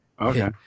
Okay